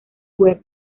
web